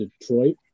Detroit